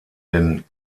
den